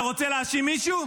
אתה רוצה להאשים מישהו?